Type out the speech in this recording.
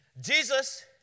Jesus